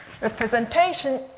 representation